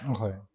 Okay